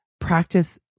practice